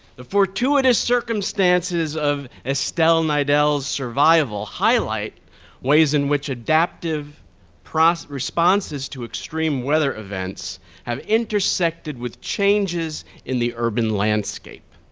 the fortuitous circumstances of estelle nidell's survival highlight ways in which adaptive responses to extreme weather events have intersected with changes in the urban landscape.